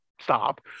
stop